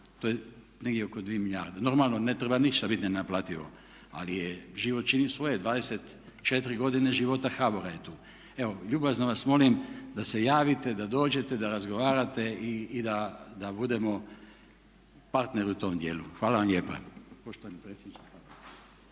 to je negdje oko 2 milijarde. Normalno ne treba ništa biti nenaplativo, ali život čini svoje, 24 godine života HBOR-a je tu. Evo ljubazno vas molim da se javite, da dođete, da razgovarate i da budemo partneri u tom djelu. Hvala vam lijepa.